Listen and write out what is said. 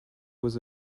was